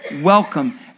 welcome